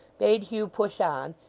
bade hugh push on,